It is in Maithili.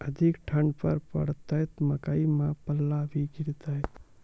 अधिक ठंड पर पड़तैत मकई मां पल्ला भी गिरते?